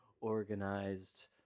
organized